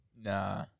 Nah